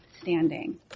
standing